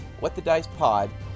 whatthedicepod